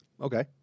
Okay